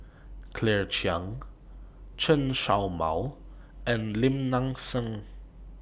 Claire Chiang Chen Show Mao and Lim Nang Seng